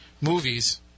movies